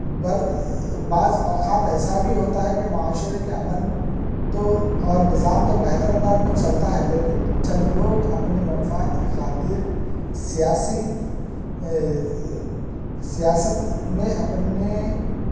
بر بعض اوقات ایسا بھی ہوتا ہے کہ معاشرے کا امن تو اور نظام تو بہتر انداز میں چلتا ہے لیکن چند لوگ اپنے مفاد کی خاطر سیاسی سیاست نے اپنے